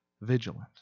Vigilant